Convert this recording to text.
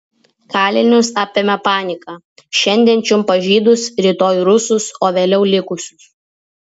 kalinius apėmė panika šiandien čiumpa žydus rytoj rusus o vėliau likusius